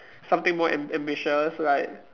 something more am~ ambitious like